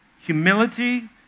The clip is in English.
humility